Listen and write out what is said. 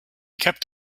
kept